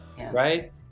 Right